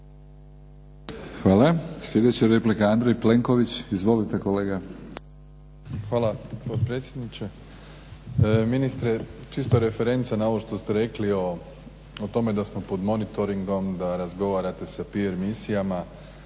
Hvala. Sljedeća replika Andrej Plenković. Izvolite kolega. **Plenković, Andrej (HDZ)** Hvala potpredsjedniče. Ministre čisto referenca na ovo što ste rekli o tome da smo pod monitoringom, da razgovarate sa … /Govornik